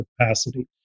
capacity